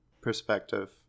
perspective